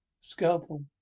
scalpel